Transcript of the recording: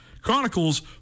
chronicles